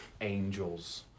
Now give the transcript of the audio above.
Angels